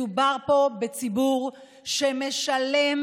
מדובר פה בציבור שמשלם